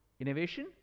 Innovation